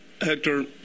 Hector